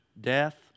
death